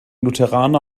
lutheraner